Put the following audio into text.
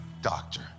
Doctor